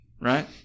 right